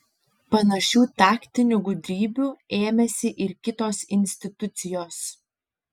panašių taktinių gudrybių ėmėsi ir kitos institucijos